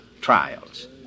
trials